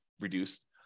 reduced